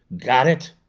got it?